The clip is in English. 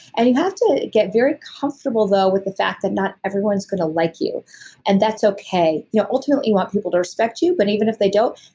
and you have to get very comfortable though with the fact that not everyone's going to like you and that's okay. yeah ultimately, you want people to respect you but even if they don't,